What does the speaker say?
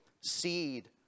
seed